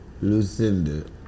Lucinda